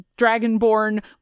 Dragonborn